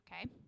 okay